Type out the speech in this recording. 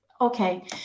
Okay